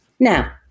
Now